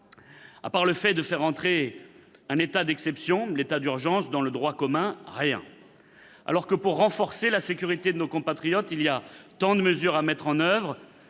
À part le fait de faire entrer un état d'exception, l'état d'urgence, dans le droit commun : rien ! Alors que, pour renforcer la sécurité de nos compatriotes, il y a tant de mesures à mettre en oeuvre,